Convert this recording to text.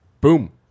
Boom